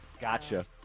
Gotcha